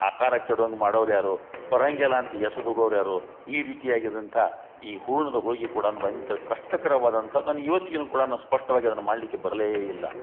ಆಕಾರ ಕೆಡುವಂಗೆ ಮಾಡೋರು ಯಾರು ಬರಾಂಗೆಲ ಅಂತಿ ಎಸೆದು ಹೋಗೋವ್ರು ಯಾರು ಈ ರೀತಿಯಾಗಿದಂಥ ಈ ಹೂರ್ಣದ ಹೋಳ್ಗಿ ಕೂಡ ಕಷ್ಟಕರವಾದಂಥ ನನ್ಗೆ ಇವತ್ತಿಗೆ ಕೂಡ ಸ್ಪಷ್ಟವಾಗಿ ಅದನ್ನು ಮಾಡಲ್ಲಕ್ಕೆ ಬರಲೇ ಇಲ್ಲ